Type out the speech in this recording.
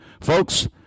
Folks